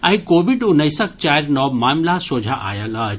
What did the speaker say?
आइ Covid उन्नैसक चारि नव मामिला सोझा आयल अछि